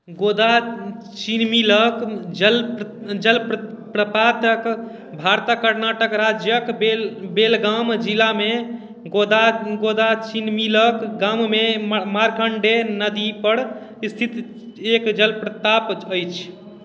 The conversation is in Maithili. गोदाचिनमिलक जल जलप्रपात भारतक कर्नाटक राज्यक बेलगाम जिलामे गोदाचिनमिलक गाममे मार्कण्डेय नदी पर स्थित एक जलप्रपात अछि